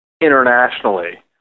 internationally